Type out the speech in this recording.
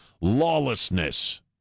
Lawlessness